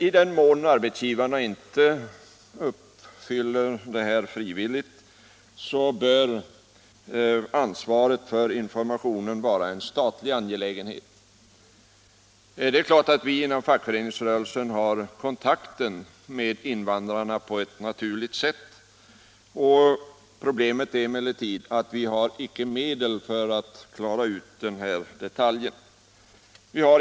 I den mån arbetsgivarna inte frivilligt uppfyller detta krav bör ansvaret för informationen vara en statlig angelägenhet. Inom fackföreningsrörelsen har vi på ett naturligt sätt kontakt med invandrarna. Problemet är emellertid att vi inte har medel för att kunna klara den här detaljen.